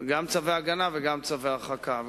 הגנה וגם צווי הרחקה,